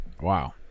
Wow